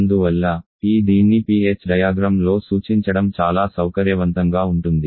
అందువల్ల ఈ దీన్ని Ph డయాగ్రమ్ లో సూచించడం చాలా సౌకర్యవంతంగా ఉంటుంది